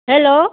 hello